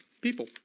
people